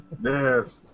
Yes